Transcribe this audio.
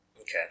okay